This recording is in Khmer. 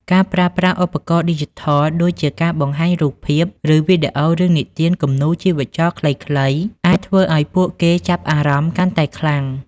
ការប្រើប្រាស់ឧបករណ៍ឌីជីថល ដូចជាការបង្ហាញរូបភាព ឬវីដេអូរឿងនិទានគំនូរជីវចលខ្លីៗ អាចធ្វើឱ្យពួកគេចាប់អារម្មណ៍កាន់តែខ្លាំង។